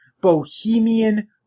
Bohemian